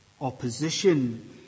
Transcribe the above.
opposition